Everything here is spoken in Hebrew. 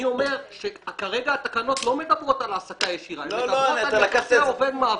אני אומר שהתקנות לא מדברות על העסקה ישירה אלא על יחסי עובד-מעביד.